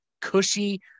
cushy